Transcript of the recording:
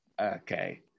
Okay